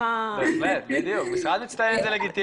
בהחלט, משרד מצטיין זה לגיטימי.